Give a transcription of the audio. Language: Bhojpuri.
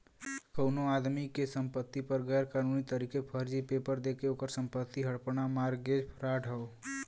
कउनो आदमी के संपति पर गैर कानूनी तरीके फर्जी पेपर देके ओकर संपत्ति हड़पना मारगेज फ्राड हौ